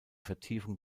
vertiefung